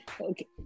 okay